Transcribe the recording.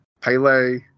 Pele